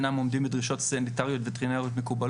אינם עומדים בדרישות סניטריות מקובלות,